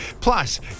Plus